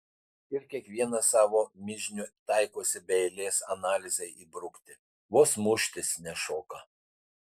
ir kiekvienas savo mižnių taikosi be eilės analizei įbrukti vos muštis nešoka